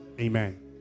Amen